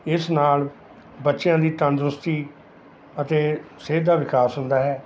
ਇਸ ਨਾਲ ਬੱਚਿਆਂ ਦੀ ਤੰਦਰੁਸਤੀ ਅਤੇ ਸਿਹਤ ਦਾ ਵਿਕਾਸ ਹੁੰਦਾ ਹੈ